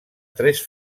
tres